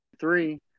three